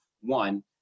one